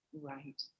Right